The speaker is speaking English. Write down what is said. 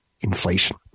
inflation